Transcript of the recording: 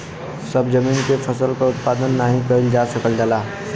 सभ जमीन पे फसल क उत्पादन नाही कइल जा सकल जाला